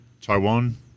Taiwan